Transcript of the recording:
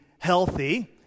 healthy